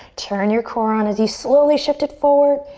turn your core on as you slowly shift it forward.